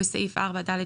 התש"ף-2020 (להלן,